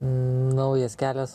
naujas kelias